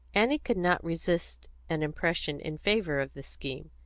annie could not resist an impression in favour of the scheme.